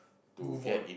move on